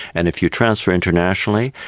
and if you transfer internationally,